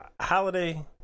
holiday